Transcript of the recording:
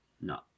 No